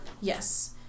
Yes